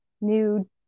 new